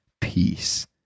peace